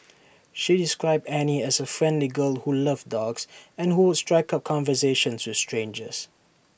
she described Annie as A friendly girl who loved dogs and who would strike up conversations with strangers